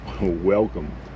welcome